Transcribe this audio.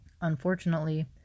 Unfortunately